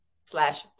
slash